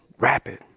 Rapid